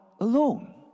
alone